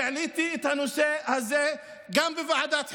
והעליתי את הנושא הזה גם בוועדת חינוך.